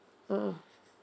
mmhmm